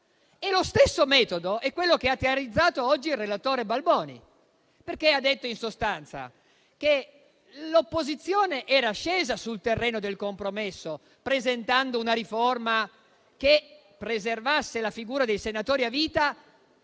Lo stesso metodo è quello che ha teorizzato oggi il relatore Balboni, perché ha detto in sostanza che l'opposizione era scesa sul terreno del compromesso, presentando una riforma che preservasse la figura dei senatori a vita,